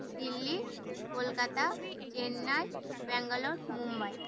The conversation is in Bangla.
দিল্লি কলকাতা চেন্নাই ব্যাঙ্গালোর মুম্বাই